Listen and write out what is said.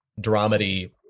dramedy